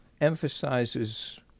emphasizes